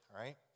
right